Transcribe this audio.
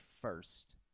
first